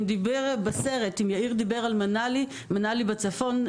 יאיר דיבר בסרט על מנאלי בצפון,